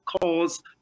cause